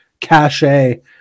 cachet